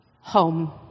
Home